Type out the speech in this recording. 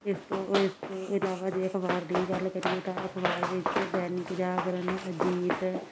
ਇਸ ਤੋਂ ਇਸ ਤੋਂ ਇਲਾਵਾ ਜੇ ਅਖਬਾਰ ਦੀ ਗੱਲ ਕਰੀਏ ਤਾਂ ਅਖਬਾਰ ਵਿੱਚ ਦੈਨਿਕ ਜਾਗਰਨ ਅਜੀਤ